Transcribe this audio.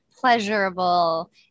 pleasurable